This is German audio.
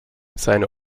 seine